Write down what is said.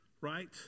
right